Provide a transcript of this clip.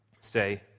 Say